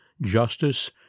justice